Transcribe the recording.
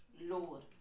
lower